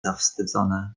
zawstydzony